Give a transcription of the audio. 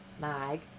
Mag